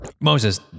Moses